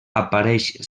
apareix